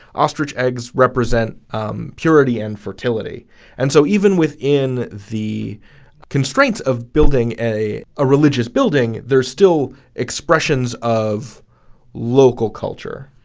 ostrich eggs represent purity and fertility and so even within the constraints of building a ah religious building, there's still expressions of local culture.